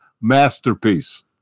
masterpiece